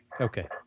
Okay